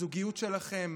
הזוגיות שלכם,